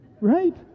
Right